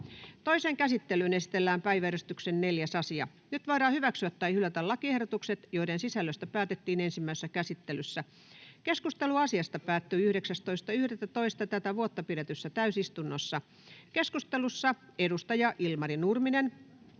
Toiseen käsittelyyn esitellään päiväjärjestyksen 5. asia. Nyt voidaan hyväksyä tai hylätä lakiehdotukset, joiden sisällöstä päätettiin ensimmäisessä käsittelyssä. Keskustelu asiasta päättyi 19.11.2024 pidetyssä täysistunnossa. Keskustelussa edustaja Ilmari Nurminen